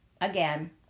Again